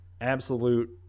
absolute